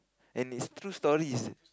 and is true stories